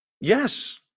Yes